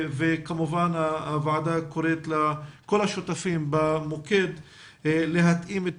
הוועדה קוראת לכל השותפים במוקד להתאים את